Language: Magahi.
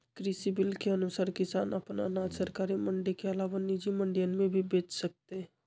कृषि बिल के अनुसार किसान अपन अनाज सरकारी मंडी के अलावा निजी मंडियन में भी बेच सकतय